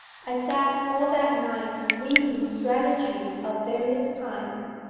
i sat all that night weaving strategy of various kinds.